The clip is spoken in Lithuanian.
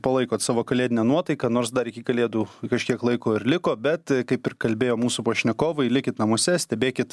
palaikot savo kalėdinę nuotaiką nors dar iki kalėdų kažkiek laiko ir liko bet kaip ir kalbėjo mūsų pašnekovai likit namuose stebėkit